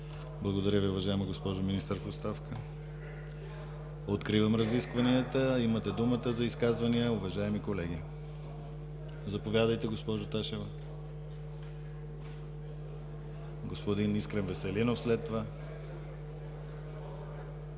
Благодаря Ви, уважаема госпожо Министър в оставка. Откривам разискванията. Имате думата за изказвания, уважаеми колеги. Заповядайте, госпожо Ташева. Господин Искрен Веселинов – след това.